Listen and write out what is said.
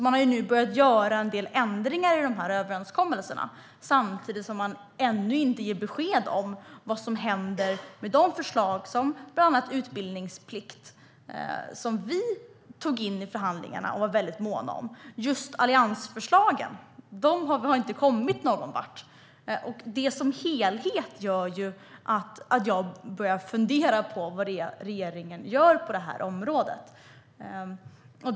Man har alltså börjat göra en del ändringar i överenskommelserna samtidigt som man ännu inte ger besked om vad som händer med de förslag om bland annat utbildningsplikt som vi tog in i förhandlingarna och var väldigt måna om. Just alliansförslagen har inte kommit någonvart. Det som helhet gör att jag börjar fundera på vad regeringen gör på detta område.